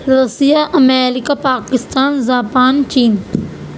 Russia America Pakistan Japan chain